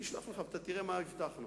אני אשלח לך ותראה מה הבטחנו